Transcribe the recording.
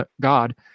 God